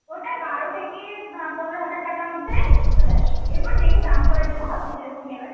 ওটা বারো থেকে পনেরো হাজার টাকার মধ্যে চলে আসবে এরপর দেখে দাম করে দেবো আপনি যেরকম নেবেন